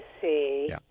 see